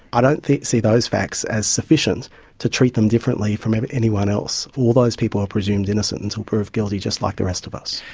i don't see those facts as sufficient to treat them differently from anyone else. all those people are presumed innocent until proved guilty, just like the rest of us.